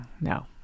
No